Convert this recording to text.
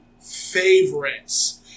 favorites